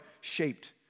shaped